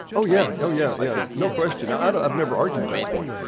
oh, yeah. oh, yeah. yeah, no question. ah and i've never argued that point.